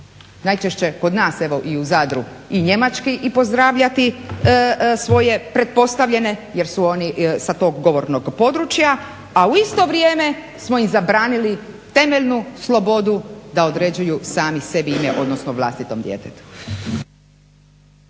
najčešće kod nas evo i u Zadru i njemački i pozdravljati pretpostavljene jer su oni sa tog govornog područja, a u isto vrijeme smo im zabranili temeljnu slobodu da određuju sami sebi ime, odnosno vlastitom djetetu.